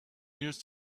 years